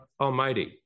Almighty